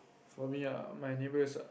for me ah my neighbours are